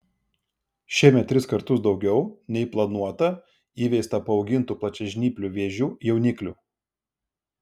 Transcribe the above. šiemet tris kartus daugiau nei planuota įveista paaugintų plačiažnyplių vėžių jauniklių